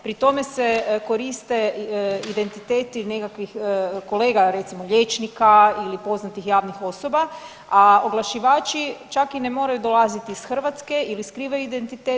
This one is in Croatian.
Pri tome se koriste identiteti nekakvih kolega recimo liječnika ili poznatih javnih osoba, a oglašivači čak i ne moraju dolaziti iz Hrvatske ili skrivaju identitet.